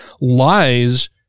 lies